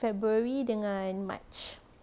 february dengan march